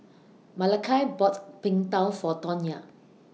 Malakai bought Png Tao For Tonya